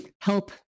help